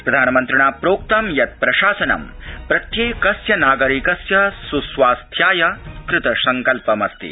प्रधानमन्त्रिणा प्रोक्तं यत् प्रशासनं प्रत्येकस्य नागरिकस्य सुस्वास्थ्याय कृतसंकल्पमस्ति